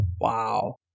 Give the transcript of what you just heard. Wow